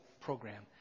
program